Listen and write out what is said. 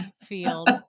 field